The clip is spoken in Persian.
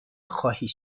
خواهید